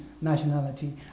nationality